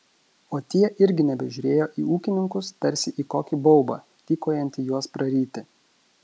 o tie irgi nebežiūrėjo į ūkininkus tarsi į kokį baubą tykojantį juos praryti